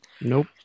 Nope